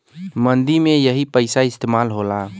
मंदी में यही पइसा इस्तेमाल होला